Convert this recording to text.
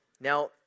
Now